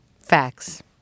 facts